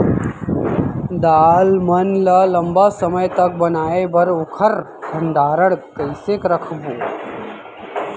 दाल मन ल लम्बा समय तक बनाये बर ओखर भण्डारण कइसे रखबो?